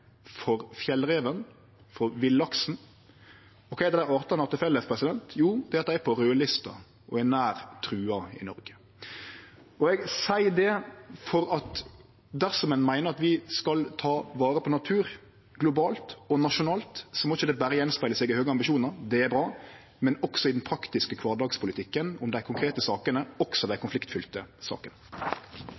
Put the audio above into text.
for fjellreven, for villaksen. Kva er det dei artane har til felles? Jo, at dei er på raudlista og er nær trua i Noreg. Eg seier det fordi at dersom ein meiner at vi skal ta vare på natur, nasjonalt og globalt, må det ikkje berre speglast i høge ambisjonar, det er bra, men også i den praktiske kvardagspolitikken om dei konkrete sakene, også dei konfliktfylte sakene.